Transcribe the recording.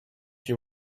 you